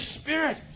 spirit